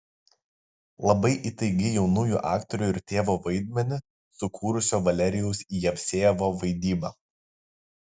labai įtaigi jaunųjų aktorių ir tėvo vaidmenį sukūrusio valerijaus jevsejevo vaidyba